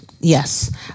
yes